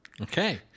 Okay